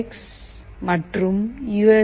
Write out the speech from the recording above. X மற்றும் you